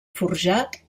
forjat